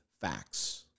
facts